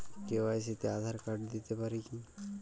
KYC তে Aadhaar card দিতে পারি কি?